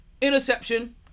Interception